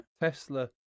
Tesla